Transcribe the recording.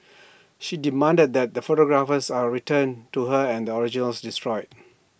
she demanded that the photographs are returned to her and the originals destroyed